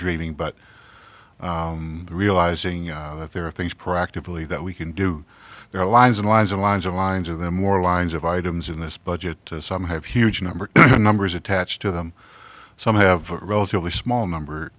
dreaming but realizing that there are things proactively that we can do their lives and lives of lives or lines of them or lines of items in this budget some have huge number numbers attached to them some have a relatively small number